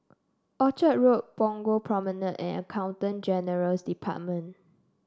Orchard Road Punggol Promenade and Accountant General's Department